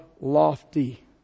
lofty